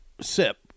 Sip